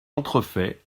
entrefaites